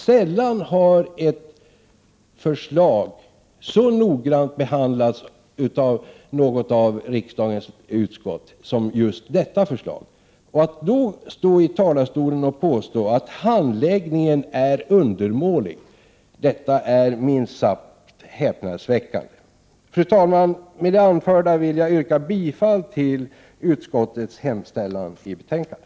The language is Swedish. Sällan har ett förslag behandlats så noggrant av något av riksdagens utskott som just detta förslag. Att då stå i talarstolen och påstå att handläggningen är undermålig — det är minst sagt häpnadsväckande. Fru talman! Med det anförda vill jag yrka bifall till utskottets hemställan i betänkandet.